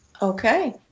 Okay